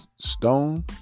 stone